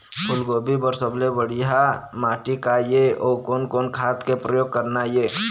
फूलगोभी बर सबले बढ़िया माटी का ये? अउ कोन कोन खाद के प्रयोग करना ये?